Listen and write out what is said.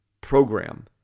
program